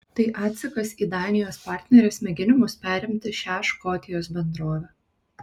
tai atsakas į danijos partnerės mėginimus perimti šią škotijos bendrovę